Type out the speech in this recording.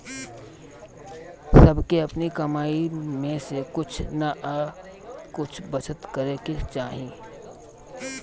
सबके अपनी कमाई में से कुछ नअ कुछ बचत करे के चाही